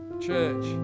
Church